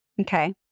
Okay